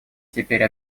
теперь